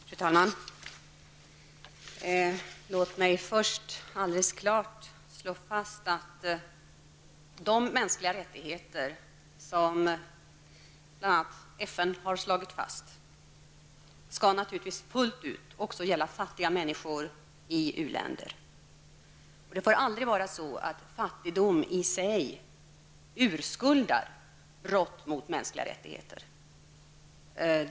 Fru talman! Låt mig först alldeles klart betona att de mänskliga rättigheter som bl.a. FN har slagit fast naturligtvis fullt ut också skall gälla fattiga människor i u-länder. Fattigdom i sig får aldrig urskulda brott mot mänskliga rättigheter.